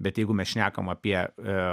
bet jeigu mes šnekam apie